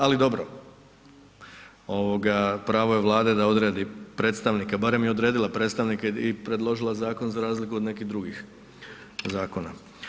Ali dobro, ovoga pravo je Vlade da odredi predstavnika, barem je odredila predstavnika i predložila zakon za razliku od nekih drugih zakona.